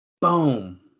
Boom